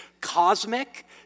cosmic